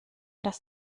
dass